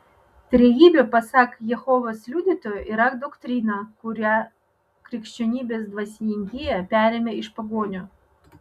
trejybė pasak jehovos liudytojų yra doktrina kurią krikščionybės dvasininkija perėmė iš pagonių